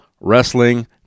Wrestling